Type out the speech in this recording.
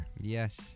Yes